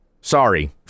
Sorry